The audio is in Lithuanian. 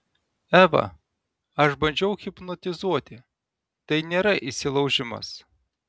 eva aš bandžiau hipnotizuoti tai nėra įsilaužimas